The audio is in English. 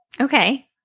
Okay